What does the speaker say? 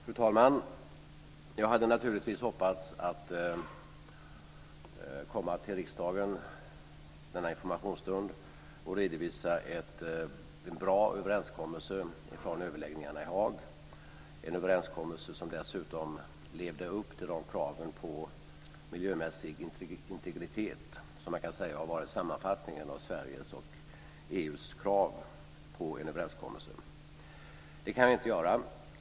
Fru talman! Jag hade naturligtvis hoppats att komma till riksdagen denna informationsstund och redovisa en bra överenskommelse från överläggningarna i Haag, en överenskommelse som dessutom levde upp till kraven på miljömässig integritet, som man kan säga har varit sammanfattningen av Sveriges och EU:s krav på en överenskommelse. Det kan jag inte göra.